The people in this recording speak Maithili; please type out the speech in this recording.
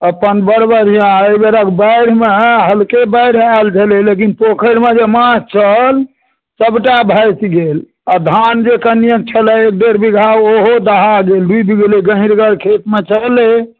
अपन बड़ बढ़िआँ एहि बेरक बाढ़िमे हल्के बाढ़ि आयल छलै लेकिन पोखरिमे जे माछ छल सभटा भागि गेल आ धान जे कनिए छलै एक डेढ़ बीघा ओहो दहा गेल डुबि गेलै गहीँरगर खेतमे छलै